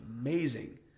amazing